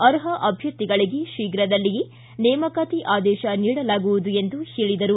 ಅರ್ಹ ಅಭ್ಯರ್ಥಿಗಳಿಗೆ ಶೀಘದಲ್ಲಿಯೇ ನೇಮಕಾತಿ ಆದೇಶ ನೀಡಲಾಗುವುದು ಎಂದು ಹೇಳಿದರು